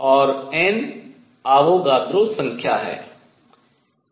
और N Avogadro संख्या है